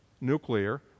Nuclear